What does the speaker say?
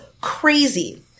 crazy